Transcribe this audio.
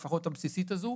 לפחות הבסיסית הזאת,